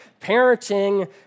parenting